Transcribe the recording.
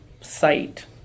site